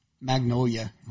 Magnolia